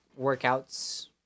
workouts